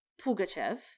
Pugachev